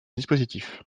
dispositif